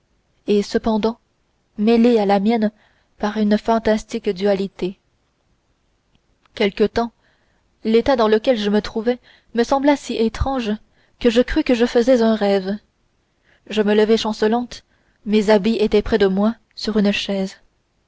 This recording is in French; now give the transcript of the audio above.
et cependant mêlée à la mienne par une fantastique dualité quelque temps l'état dans lequel je me trouvais me sembla si étrange que je crus que je faisais un rêve je me levai chancelante mes habits étaient près de moi sur une chaise